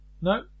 No